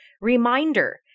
Reminder